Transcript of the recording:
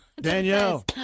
Danielle